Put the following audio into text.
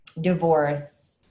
divorce